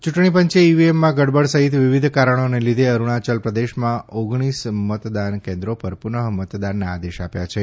ચૂંટણી પંચે ઈવીએમમાં ગડબડ સફિત વિવિધ કારણોને લીઘે અરૂણાચલ પ્રદેશમાં ઓગણીસ મતદાન કેન્દ્રો પર પુનઃ મતદાનના આદેશ આપ્યા છે